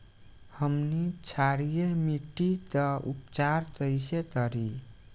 हमनी क्षारीय मिट्टी क उपचार कइसे करी?